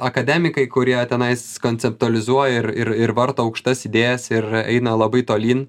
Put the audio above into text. akademikai kurie tenais konceptualizuoja ir ir ir varto aukštas idėjas ir eina labai tolyn